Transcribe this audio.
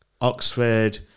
Oxford